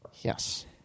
Yes